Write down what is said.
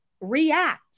react